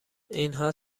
اینها